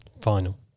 final